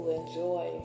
enjoy